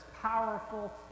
powerful